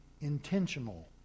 intentional